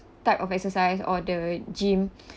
type of exercise or the gym